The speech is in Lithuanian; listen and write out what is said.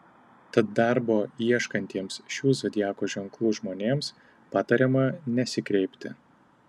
tad darbo ieškantiems šių zodiako ženklų žmonėms patariama nesikreipti